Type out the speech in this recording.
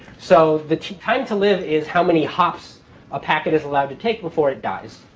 so the time-to-live is how many hops a packet is allowed to take before it dies,